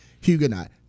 Huguenot